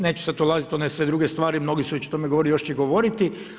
Neću sad ulaziti u one sve druge stvari, mnogi su već o tome govorili, još će i govoriti.